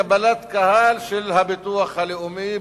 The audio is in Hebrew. לקבלת קהל של הביטוח הלאומי,